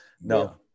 No